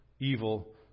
evil